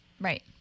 Right